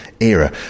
era